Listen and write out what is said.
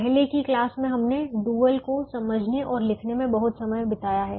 पहले की क्लास में हमने डुअल को समझने और लिखने में बहुत समय बिताया है